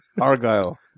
Argyle